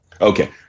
Okay